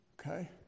okay